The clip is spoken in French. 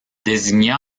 désigna